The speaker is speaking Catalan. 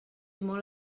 molt